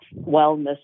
wellness